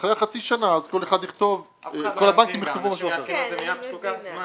ואחרי חצי שנה כל הבנקים יכתבו משהו אחר.